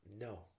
No